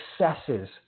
successes